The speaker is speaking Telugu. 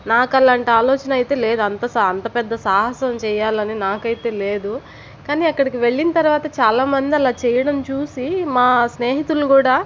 నాకలాంటి ఆలోచన అయితే లేదు అంత సా అంత పెద్ద సాహసం చెయ్యాలని నాకైతే లేదు కానీ అక్కడికి వెళ్లిన తర్వాత చాలామంది అలా చెయ్యడం చూసి మా స్నేహితులు కూడా